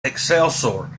excelsior